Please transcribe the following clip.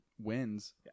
Wins